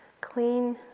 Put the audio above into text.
clean